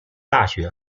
大学